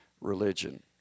religion